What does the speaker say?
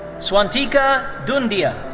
swantika dhundia.